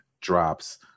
drops